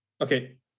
Okay